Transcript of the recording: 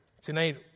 Tonight